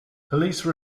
police